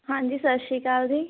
ਹਾਂਜੀ ਸਤਿ ਸ਼੍ਰੀ ਅਕਾਲ ਜੀ